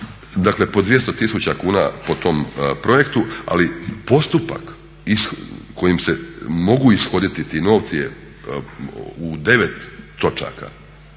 dakle, po 200 000 kuna po tom projektu ali postupak kojim se mogu ishoditi ti novci je u 9 točaka